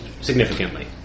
significantly